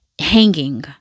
hanging